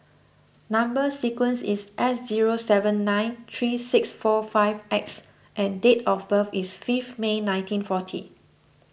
Number Sequence is S zero seven nine three six four five X and date of birth is fifth May nineteen forty